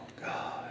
God